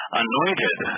anointed